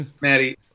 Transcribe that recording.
Maddie